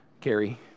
Carrie